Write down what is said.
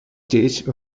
stage